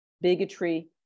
bigotry